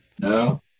No